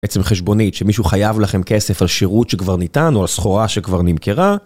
בעצם חשבונית, שמישהו חייב לכם כסף על שירות שכבר ניתן, או על סחורה שכבר נמכרה.